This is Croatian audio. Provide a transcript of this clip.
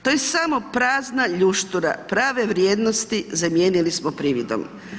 To je samo prazna ljuštura, prave vrijednosti zamijenili smo prividom.